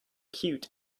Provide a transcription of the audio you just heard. cute